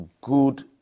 good